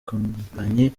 kompanyi